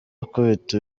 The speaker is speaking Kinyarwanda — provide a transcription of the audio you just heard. akubita